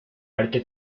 arte